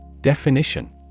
Definition